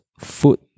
Food